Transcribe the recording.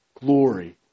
Glory